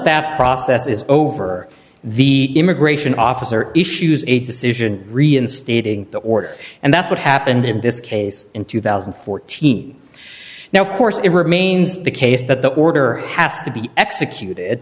that process is over the immigration officer issues a decision reinstating the order and that's what happened in this case in two thousand and fourteen now of course it remains the case that the order has to be executed